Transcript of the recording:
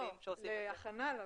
לא, יש שם אנשים מעולים שעושים את זה.